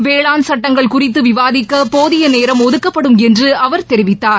வேளாண் சட்டங்கள் குறித்து விவாதிக்க போதிய நேரம் ஒதுக்கப்படும் என்று அவர் தெரிவித்தார்